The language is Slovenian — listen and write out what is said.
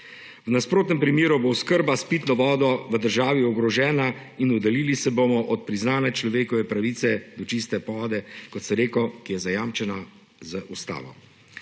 V nasprotnem primeru bo oskrba s pitno vodo v državi ogrožena in oddaljili se bomo od priznane človekove pravice do čiste vode, kot sem rekel, ki je zajamčena z ustavo.